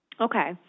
Okay